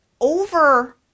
over